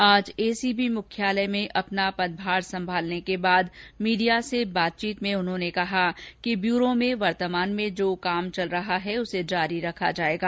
आज एसीबी मुख्यालय में अपना पदभार संभालने के बाद मीडिया से बातचीत में उन्होंने कहा कि व्यूरो में वर्तमान में जो कॉम हो रहा उसे जारी रखा जायेगा